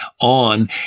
on